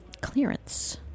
clearance